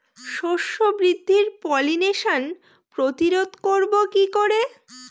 শস্য বৃদ্ধির পলিনেশান প্রতিরোধ করব কি করে?